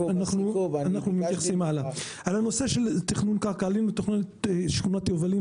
ענינו בתוך ההתייחסות לגבי תכנון קרקע ותכנון שכונת יובלים.